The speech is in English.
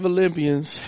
Olympians